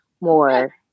more